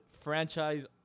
franchise